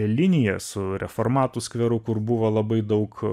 linija su reformatų skveru kur buvo labai daug